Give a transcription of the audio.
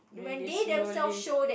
and they slowly